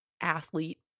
athlete